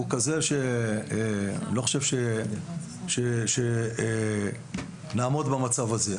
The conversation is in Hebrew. הוא כזה שאני לא חושב שנעמוד במצב הזה.